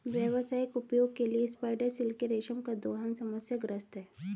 व्यावसायिक उपयोग के लिए स्पाइडर सिल्क के रेशम का दोहन समस्याग्रस्त है